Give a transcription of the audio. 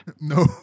No